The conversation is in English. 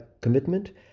commitment